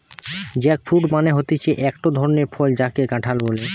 jackfruit মানে হতিছে একটো ধরণের ফল যাকে কাঁঠাল বলে